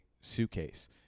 suitcase